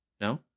No